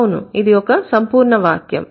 అవును ఇది ఒక సంపూర్ణ వాక్యం